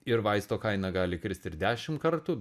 ir vaisto kaina gali kristi ir dešim kartų